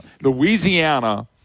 Louisiana